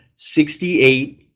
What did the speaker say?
sixty eight,